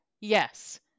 Yes